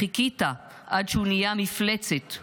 חיכית עד שהוא נהיה מפלצת.